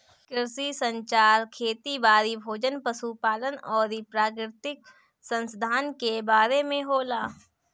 कृषि संचार खेती बारी, भोजन, पशु पालन अउरी प्राकृतिक संसधान के बारे में होला